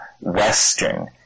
Western